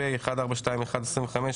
פ/1421/25,